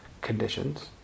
conditions